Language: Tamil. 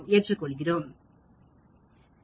எனவே இது மிகவும் முக்கியமானது